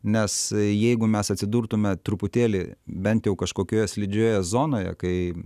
nes jeigu mes atsidurtume truputėlį bent jau kažkokioje slidžioje zonoje kai